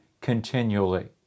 continually